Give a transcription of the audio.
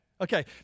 Okay